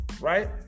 right